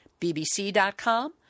BBC.com